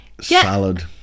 salad